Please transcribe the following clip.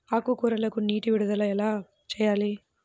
ఆకుకూరలకు నీటి విడుదల ఎలా చేయాలి?